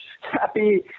happy